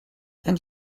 and